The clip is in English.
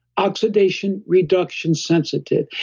oxidation reduction sensitive.